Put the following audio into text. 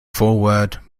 foreword